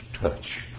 touch